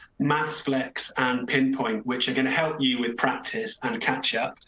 maths flex and pinpoint which are going to help you with practice and catch up,